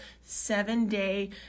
seven-day